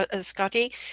Scotty